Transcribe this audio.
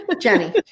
Jenny